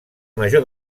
major